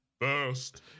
First